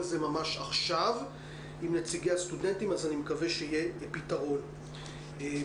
זה ממש עכשיו עם נציגי הסטודנטים ואני מקווה שיהיה פתרון מהיר.